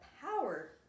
power